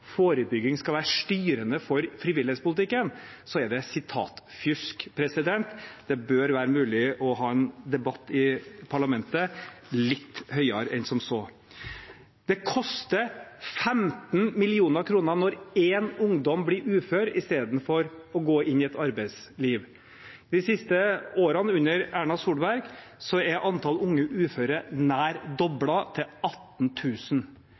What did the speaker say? forebygging skal være styrende for frivillighetspolitikken, er det derfor sitatfusk. Det bør være mulig å ha en litt høyere debatt i parlamentet enn som så. Det koster 15 mill. kr når én ungdom blir ufør istedenfor å gå inn i et arbeidsliv. De siste årene, under Erna Solberg, er antall unge uføre nær doblet, til